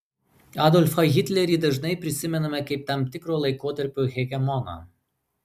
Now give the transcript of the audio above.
adolfą hitlerį dažnai prisimename kaip tam tikro laikotarpio hegemoną